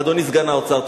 אדוני סגן שר האוצר,